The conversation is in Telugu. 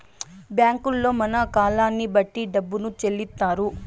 బ్యాంకుల్లో మన కాలాన్ని బట్టి డబ్బును చెల్లిత్తారు